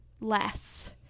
less